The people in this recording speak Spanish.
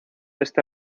este